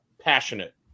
passionate